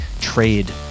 trade